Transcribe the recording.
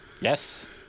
Yes